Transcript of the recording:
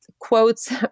Quotes